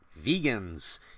vegans